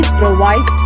provide